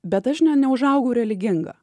bet aš ne neužaugau religinga